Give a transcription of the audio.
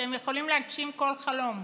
שהם יכולים להגשים כל חלום,